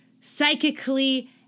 psychically